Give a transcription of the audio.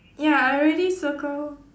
ya I already circle